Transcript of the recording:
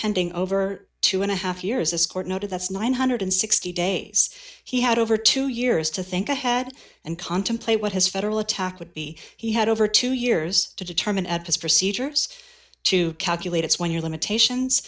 pending over two and a half years as court noted that's nine hundred and sixty days he had over two years to think ahead and contemplate what his federal attack would be he had over two years to determine at his procedures to calculate its when your limitations